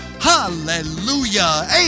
Hallelujah